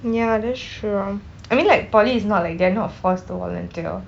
ya that's true I mean like poly is not like they are not forced to volunteer